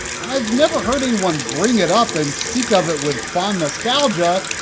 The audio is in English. i've never heard anyone bring it up and speak of it with fond nostalgia,